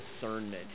discernment